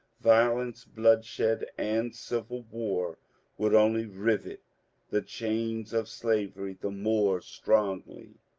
violence, bloodshed, and civil war would only rivet the chains of slavery the more strongly.